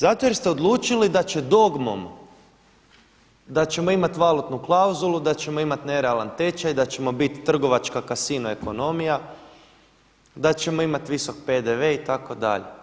Zato jer ste odlučili da će dogmom da ćemo imati valutnu klauzulu, da ćemo imati nerealan tečaj, da ćemo biti trgovačka kasino ekonomija, da ćemo imati visok PDV-e itd.